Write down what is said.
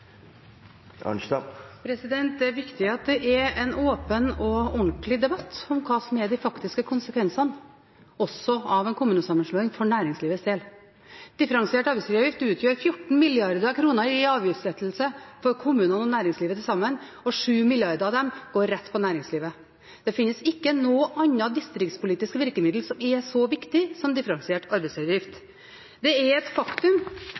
viktig at det er en åpen og ordentlig debatt om hva som er de faktiske konsekvensene av en kommunesammenslåing for næringslivet. Differensiert arbeidsgiveravgift utgjør 14 mrd. kr i avgiftslettelse for kommunene og næringslivet til sammen, og 7 mrd. kr av dem går rett på næringslivet. Det finnes ikke noe annet distriktspolitisk virkemiddel som er så viktig som differensiert arbeidsgiveravgift. Det er et faktum